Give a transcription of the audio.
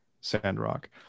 Sandrock